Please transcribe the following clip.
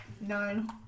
Nine